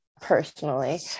personally